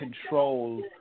control